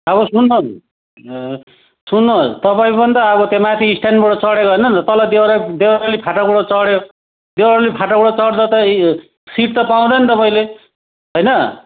अब सुन्नु नि ए सुन्नुहोस् तपाईँ पनि त अब त्यहाँ माथि स्ट्यान्डबाट चढेको होइन नि त तल देउराली देउराली फाटकबाट चढ्यो देउराली फाटकबाट चढ्दा त सिट त पाउँदैन तपाईँले होइन